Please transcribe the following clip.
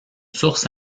source